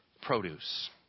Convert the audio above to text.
produce